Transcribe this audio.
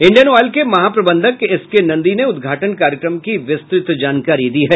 Indian Oil के महाप्रबंधक S K Nandi ने उद्घाटन कार्यक्रम की विस्तृत जानकारी दी है